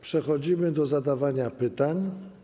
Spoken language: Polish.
Przechodzimy do zadawania pytań.